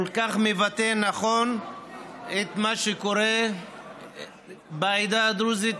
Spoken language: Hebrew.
כל כך מבטא נכון את מה שקורה בעדה הדרוזית,